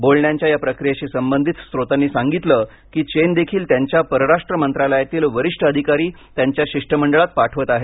बोलण्यांच्या या प्रक्रियेशी संबंधित स्रोतांनी सांगितलं की चीन देखील त्यांच्या परराष्ट्र मंत्रालयातील वरिष्ठ अधिकारी त्यांच्या शिष्टमंडळात पाठवत आहे